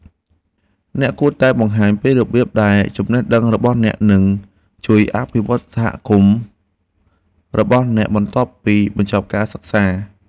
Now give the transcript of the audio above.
អ្នកគួរតែបង្ហាញពីរបៀបដែលចំណេះដឹងរបស់អ្នកនឹងជួយអភិវឌ្ឍសហគមន៍របស់អ្នកបន្ទាប់ពីបញ្ចប់ការសិក្សា។